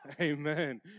amen